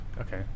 okay